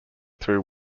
through